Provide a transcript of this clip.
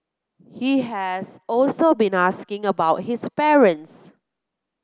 he has also been asking about his parents